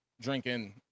Drinking